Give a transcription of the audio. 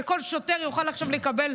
שכל שוטר יוכל עכשיו לקבל,